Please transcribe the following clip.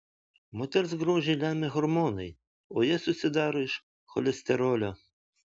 moters grožį lemia hormonai o jie susidaro iš cholesterolio